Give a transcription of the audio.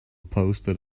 posted